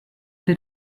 did